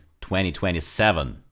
2027